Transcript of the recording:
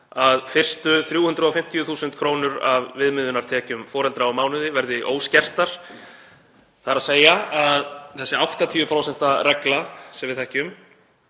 að fyrstu 350.000 kr. af viðmiðunartekjum foreldra á mánuði verði óskertar, þ.e. að þessi 80% regla sem við þekkjum,